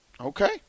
Okay